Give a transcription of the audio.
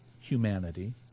humanity